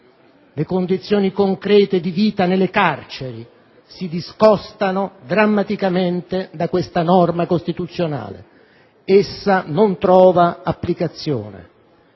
le condizioni concrete di vita nelle carceri si discostano drammaticamente da questa norma costituzionale: essa non trova applicazione